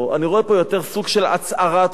אני רואה פה יותר סוג של הצהרת חוק.